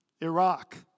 Iraq